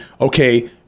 Okay